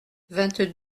vingt